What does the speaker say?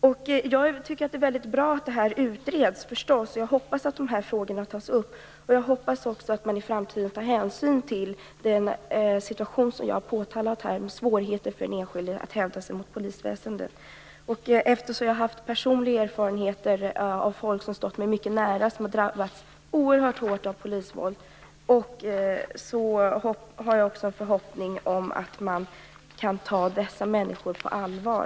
Jag tycker förstås att det är väldigt bra att det här utreds, och jag hoppas att dessa frågor tas upp och att man i framtiden tar hänsyn till den situation som jag har påtalat här och svårigheten för den enskilde att hävda sig mot polisväsendet. Eftersom jag har personliga erfarenheter från människor som står mig mycket nära som har drabbats oerhört hårt av polisvåld har jag också en förhoppning om att man kan ta dessa människor på allvar.